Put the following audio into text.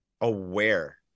aware